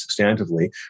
substantively